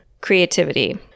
creativity